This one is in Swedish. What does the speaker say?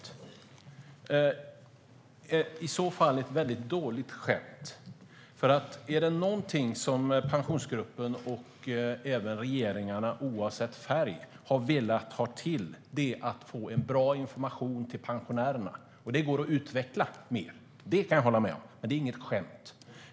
I så fall är det ett väldigt dåligt skämt. Om det är någonting som Pensionsgruppen och även regeringarna oavsett färg har velat få till är det att få en bra information till pensionärerna. Det går att utveckla mer; det kan jag hålla med om. Men det är inget skämt.